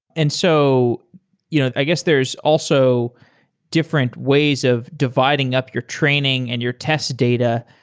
and so you know i guess there's also different ways of dividing up your training and your test data,